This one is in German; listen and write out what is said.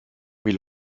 wie